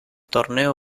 torneo